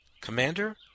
Commander